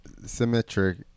Symmetric